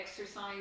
exercise